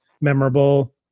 memorable